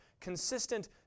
Consistent